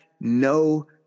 no